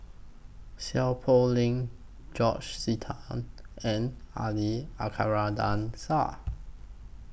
Seow Poh Leng George Sita and Ali Shah